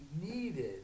needed